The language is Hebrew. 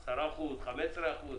15%-10%,